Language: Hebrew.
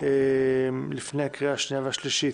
לפני הקריאה השנייה והשלישית.